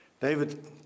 David